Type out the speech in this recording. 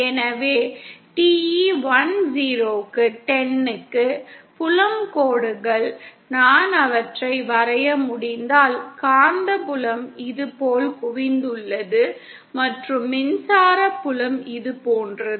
எனவே TE 10 க்கு புலம் கோடுகள் நான் அவற்றை வரைய முடிந்தால் காந்தப்புலம் இதுபோல் குவிந்துள்ளது மற்றும் மின்சார புலம் இது போன்றது